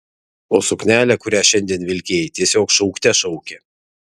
o suknelė kurią šiandien vilkėjai tiesiog šaukte šaukė